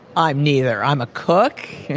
i'm neither. i'm a cook.